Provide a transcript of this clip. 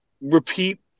repeat